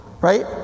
Right